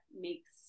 makes